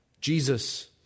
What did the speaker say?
Jesus